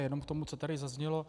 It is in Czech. Jenom k tomu, co tady zaznělo.